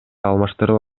алмаштырып